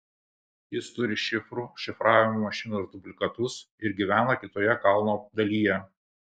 jis turi šifrų šifravimo mašinos dublikatus ir gyvena kitoje kalno dalyje